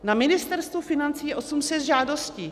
Na Ministerstvu financí je 800 žádostí.